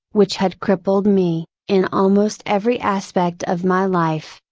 which had crippled me, in almost every aspect of my life,